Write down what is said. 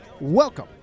Welcome